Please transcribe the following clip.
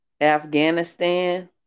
Afghanistan